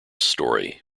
story